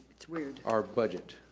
it's weird. our budget.